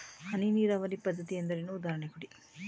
ಹನಿ ನೀರಾವರಿ ಪದ್ಧತಿ ಎಂದರೇನು, ಉದಾಹರಣೆ ಕೊಡಿ?